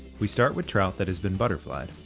we start with trout that has been butterflied.